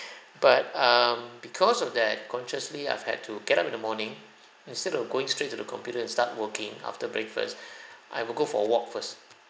but um because of that consciously I've had to get up in the morning instead of going straight to the computer and start working after breakfast I will go for a walk first